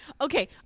Okay